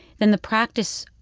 then the practice,